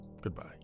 Goodbye